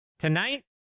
Tonight